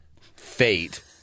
fate